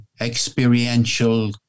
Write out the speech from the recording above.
experiential